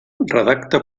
redacta